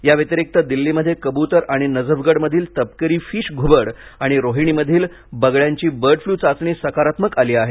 याव्यतिरिक्त दिल्लीमध्ये कबूतर आणि नजफगडमधील तपकिरी फिश घुबड आणि रोहिणीमधील बगळ्यांची बर्ड फ्लू चाचणी सकारात्मक आली आहे